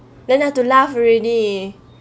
then learn to laugh already